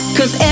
Cause